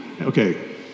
okay